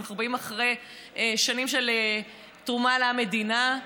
אנחנו באים אחרי שנים של תרומה למדינה,